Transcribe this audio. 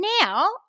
now